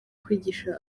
kwigisha